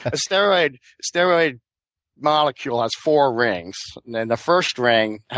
ah steroid steroid molecule has four rings. and and the first ring